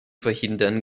verhindern